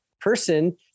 person